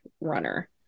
runner